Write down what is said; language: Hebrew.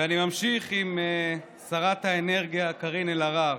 ואני ממשיך עם שרת האנרגיה קארין אלהרר: